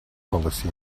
policy